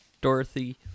Dorothy